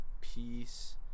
peace